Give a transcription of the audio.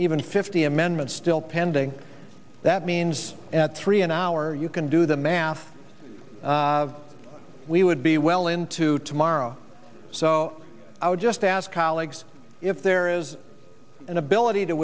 even fifty amendments still pending that means at three an hour you can do the math we would be well into tomorrow so i would just ask colleagues if there is an ability to